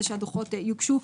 שאין היתכנות לזה שהדוחות יוגשו.